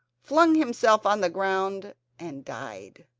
flung himself on the ground and died.